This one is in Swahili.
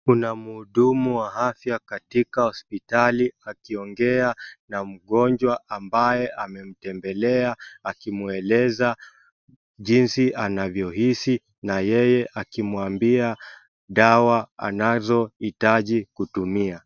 Mhudumu wa faya katika hsopitali akiongea na mgonjwa ambaye amemtembela akimweleza jinsi anavyohisi na yeye akimwambia dawa anazohitaji kutumia.